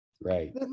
right